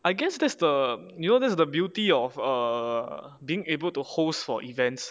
I guess that's the you know that's the beauty of err being able to host for events